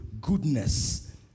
goodness